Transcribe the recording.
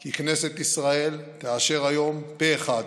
כי כנסת ישראל תאשר היום פה אחד,